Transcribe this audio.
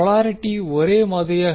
polarity ஒரே மாதிரியாக இருந்தால்